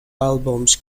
albums